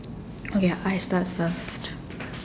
okay I start first